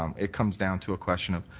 um it comes down to a question of